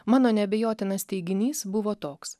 mano neabejotinas teiginys buvo toks